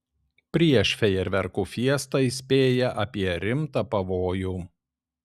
prieš fejerverkų fiestą įspėja apie rimtą pavojų